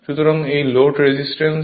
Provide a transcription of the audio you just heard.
সুতরাং এটি load resistance